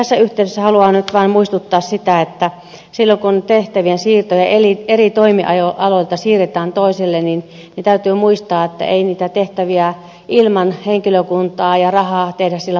tässä yhteydessä haluan nyt vain muistuttaa siitä että silloin kun tehtäviä eri toimialoilta siirretään toiselle niin täytyy muistaa että ei niitä tehtäviä ilman henkilökuntaa ja rahaa tehdä muuallakaan